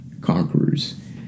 conquerors